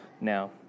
now